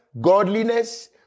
godliness